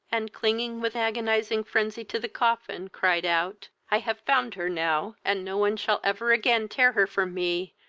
and, clinging with agonizing frenzy to the coffin, cried out, i have found her now, and no one shall ever again tear her from me,